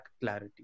clarity